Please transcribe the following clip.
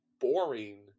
boring